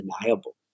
undeniable